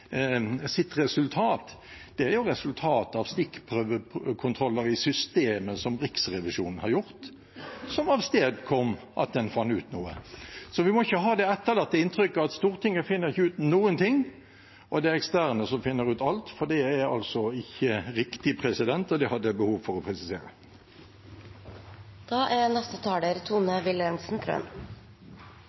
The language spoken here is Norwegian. sitt resultat, var faktisk resultatet av stikkprøvekontroller i systemet som Riksrevisjonen hadde gjort, og som avstedkom at de fant ut noe. Så vi må ikke ha det etterlatte inntrykket at Stortinget ikke finner ut noen ting, at det er eksterne som finner ut alt, for det er altså ikke riktig, og det hadde jeg behov for å presisere. Det er